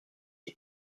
est